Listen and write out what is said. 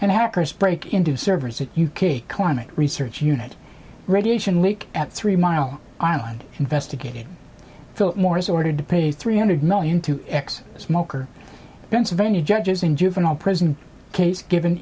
and hackers break into servers at u k climate research unit radiation leak at three mile island investigating philip morris ordered to pay three hundred million to ex smoker pennsylvania judges in juvenile prison case given